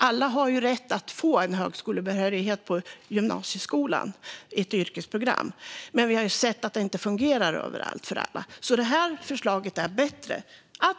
Alla har ju rätt till möjligheten att få högskolebehörighet i ett yrkesprogram i gymnasieskolan. Men vi har sett att det inte fungerar för alla överallt, så det här förslaget är bättre.